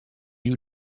you